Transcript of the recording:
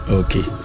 okay